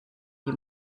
die